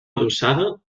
adossada